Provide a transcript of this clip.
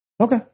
Okay